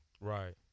Right